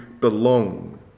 belong